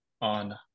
on